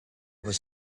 was